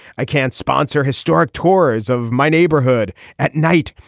i can't sponsor historic tours of my neighborhood at night.